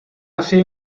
así